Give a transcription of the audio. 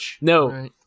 No